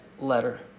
letter